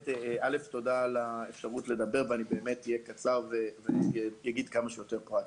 תודה על האפשרות לדבר ואני אהיה קצר וכמה שיותר פרקטי.